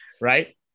right